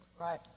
right